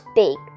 big